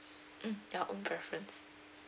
mm your own preference